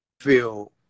feel